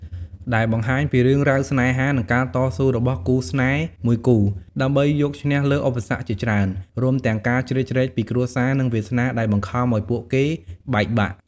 ដែលបង្ហាញពីរឿងរ៉ាវស្នេហា និងការតស៊ូរបស់គូស្នេហ៍មួយគូ ដើម្បីយកឈ្នះលើឧបសគ្គជាច្រើន រួមទាំងការជ្រៀតជ្រែកពីគ្រួសារ និងវាសនាដែលបង្ខំឲ្យពួកគេបែកបាក់។